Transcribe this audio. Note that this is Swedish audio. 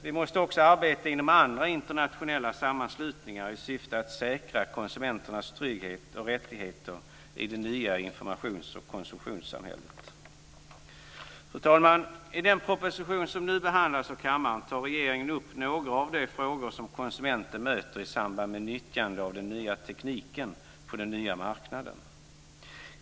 Vi måste också arbeta inom andra internationella sammanslutningar i syfte att säkra konsumenternas trygghet och rättigheter i det nya informations och konsumtionssamhället. Fru talman! I den proposition som nu behandlas av kammaren tar regeringen upp några av de frågor som konsumenten möter i samband med nyttjande av den nya tekniken på den nya marknaden.